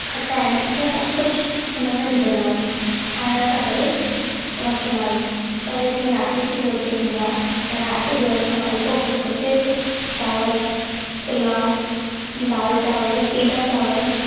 खटाइण असां सभु कुझु हुन में विझंदा आहियूं खाइण सां गॾु वठंदा आहियूं पर जीअं राति जी रोटी हूंदी आहे त राति जो असां हलिको फुलिको सिर्फ़ु चांवरु पुलाव दालि चांवरु पीला चांवरु